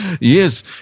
Yes